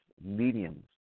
mediums